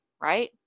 right